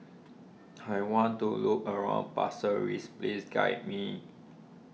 I want to look around please guide me